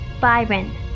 Byron